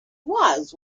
was